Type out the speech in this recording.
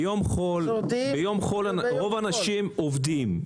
ביום חול רוב האנשים עובדים.